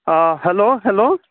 آ hello hello